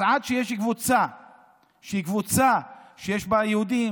אז עד שיש קבוצה שיש בה יהודים,